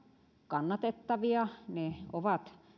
kannatettavia ne ovat